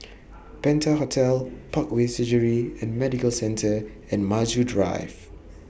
Penta Hotel Parkway Surgery and Medical Centre and Maju Drive